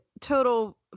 total